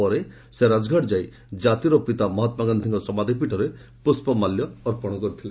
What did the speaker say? ପରେ ସେ ରାଜଘାଟ ଯାଇ ଜାତିର ପିତା ମହାତ୍ୱା ଗାନ୍ଧିଙ୍କ ସମାଧିପୀଠରେ ପୁଷ୍ପମାଲ୍ୟ ଅର୍ପଣ କରିଥିଲେ